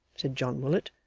said john willet,